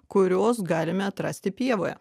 kuriuos galime atrasti pievoje